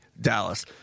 Dallas